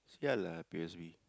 ya lah P_O_S_B